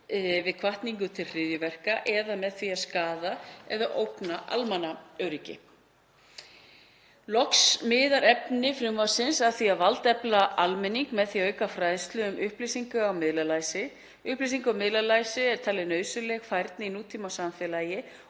við hvatningu til hryðjuverka eða með því að skaða eða ógna almannaöryggi. Loks miðar efni frumvarpsins af því að valdefla almenning með því að auka fræðslu um upplýsinga- og miðlalæsi. Upplýsinga- og miðlalæsi er talin nauðsynleg færni í nútímasamfélagi